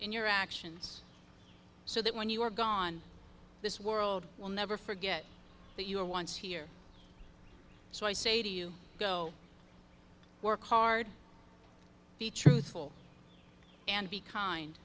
in your actions so that when you are gone this world will never forget that you were once here so i say to you go work hard be truthful and be kind